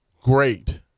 great